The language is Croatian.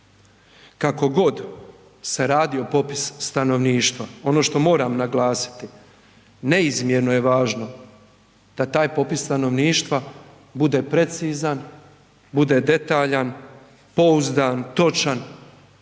Kako god se radio popis stanovništva ono što moram naglasiti, neizmjerno je važno da taj popis stanovništva bude precizan, bude detaljan, pouzdan, točan